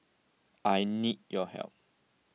I need your help